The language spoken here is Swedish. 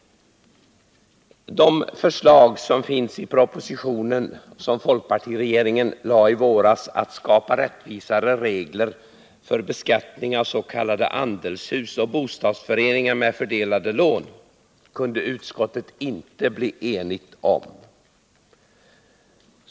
De förslag som finns i propositionen som folkpartiregeringen framlade i våras för att skapa rättvisare regler för beskattning av s.k. andelshus och bostadsföreningar med fördelade lån, kunde utskottet inte bli enigt om.